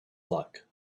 luck